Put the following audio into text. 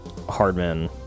Hardman